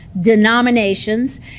denominations